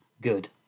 good